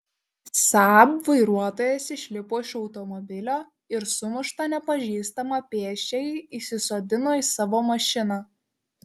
saab vairuotojas išlipo iš automobilio ir sumuštą nepažįstamą pėsčiąjį įsisodino į savo mašiną